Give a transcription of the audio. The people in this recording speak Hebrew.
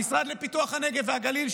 המשרד לפיתוח הנגב והגליל,